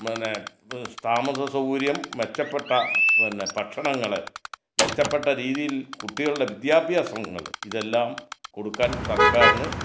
പിന്നെ താമസ സൗകര്യം മെച്ചപ്പെട്ട പിന്നെ ഭക്ഷണങ്ങൾ മെച്ചപ്പെട്ട രീതിയിൽ കുട്ടികളുടെ വിദ്യാഭ്യാസങ്ങൾ ഇതെല്ലാം കൊടുക്കാൻ സർക്കാരിന്